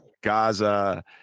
Gaza